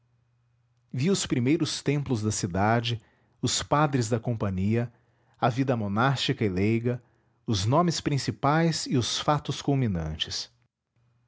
vi os primeiros templos da cidade os padres da companhia a vida monástica e leiga os nomes principais e os fatos culminantes